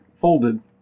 folded